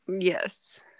yes